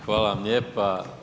Hvala vam lijepa.